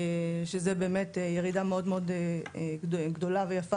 שזה באמת ירידה מאוד מאוד גדולה ויפה